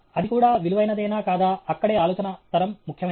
అది కూడా విలువైనదేనా కాదా అక్కడే ఆలోచన తరం ముఖ్యమైనది